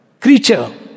creature